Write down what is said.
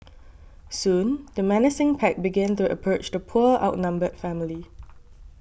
soon the menacing pack began to approach the poor outnumbered family